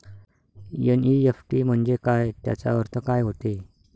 NEFT म्हंजे काय, त्याचा अर्थ काय होते?